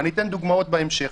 אני אתן דוגמאות לכך בהמשך